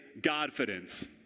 Godfidence